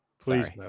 please